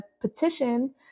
petition